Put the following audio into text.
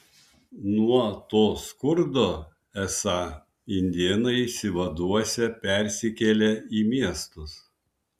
nuo to skurdo esą indėnai išsivaduosią persikėlę į miestus